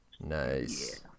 nice